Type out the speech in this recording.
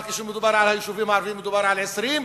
אבל כשמדובר על היישובים הערביים, מדובר על 20%,